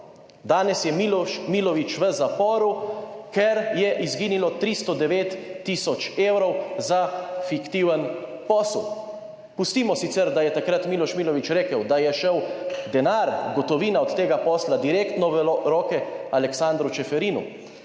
Danes je Miloš Milović v zaporu, ker je izginilo 309 tisoč evrov za fiktiven posel. Pustimo sicer, da je takrat Miloš Milović rekel, da je šel denar gotovina od tega posla direktno v roke Aleksandru Čeferinu.